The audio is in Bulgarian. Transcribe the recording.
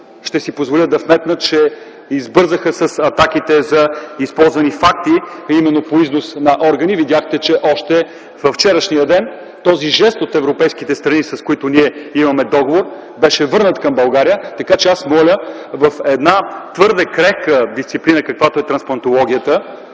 ще си позволя да вметна, че избързаха с атаките за използване на факти, а именно по износ на органи. Видяхте, че още във вчерашния ден този жест от европейските страни, с който ние имаме договор, беше върнат към България. Така че аз моля в една твърде крехка дисциплина, каквато е „Трансплантологията”,